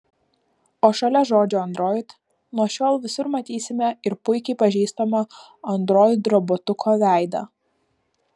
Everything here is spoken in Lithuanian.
o šalia žodžio android nuo šiol visur matysime ir puikiai pažįstamo android robotuko veidą